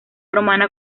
romana